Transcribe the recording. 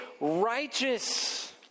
righteous